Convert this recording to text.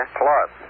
plus